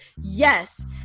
yes